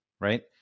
right